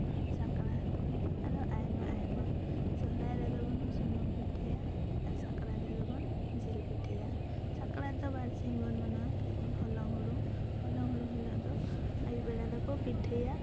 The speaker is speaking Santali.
ᱥᱟᱠᱨᱟᱛ ᱟᱨᱚ ᱟᱭᱢᱟ ᱟᱭᱢᱟ ᱥᱚᱨᱦᱟᱭ ᱨᱮᱫᱚ ᱵᱚᱱ ᱥᱩᱱᱩᱢ ᱯᱤᱴᱷᱟᱹᱭᱟ ᱥᱟᱠᱨᱟᱛ ᱨᱮᱫᱚ ᱵᱚᱱ ᱡᱤᱞ ᱯᱤᱴᱷᱟᱹᱭᱟ ᱥᱟᱠᱨᱟᱛ ᱫᱚ ᱵᱟᱨ ᱥᱤᱧ ᱵᱚᱱ ᱢᱟᱱᱟᱣᱟ ᱡᱮᱢᱚᱱ ᱦᱚᱞᱚᱝ ᱦᱩᱲᱩᱝ ᱦᱚᱞᱚᱝ ᱦᱩᱲᱩᱝ ᱦᱤᱞᱳᱜ ᱫᱚ ᱟᱹᱭᱩᱵ ᱵᱮᱲᱟ ᱫᱚᱠᱚ ᱯᱤᱴᱷᱟᱹᱭᱟ